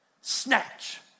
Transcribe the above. Snatch